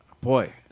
Boy